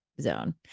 zone